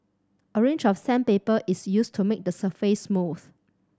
a range of sandpaper is used to make the surface smooth